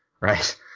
right